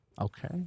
Okay